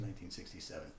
1967